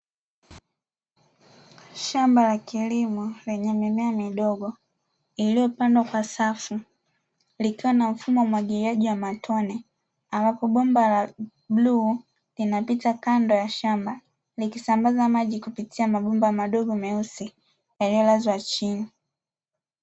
Shamba la kilimo lenye mimea midogo iliyopandwa kwa safu, likiwa na mfumo wa umwagiliaji wa matone ambapo bomba la bluu linapita kando ya shamba likisambaza maji kupitia mabomba madogo marefu yaliyosambazwa chini.